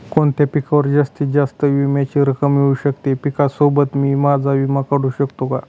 कोणत्या पिकावर जास्तीत जास्त विम्याची रक्कम मिळू शकते? पिकासोबत मी माझा विमा काढू शकतो का?